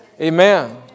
Amen